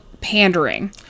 pandering